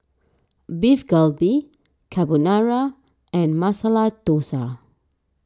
Beef Galbi Carbonara and Masala Dosa